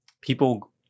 people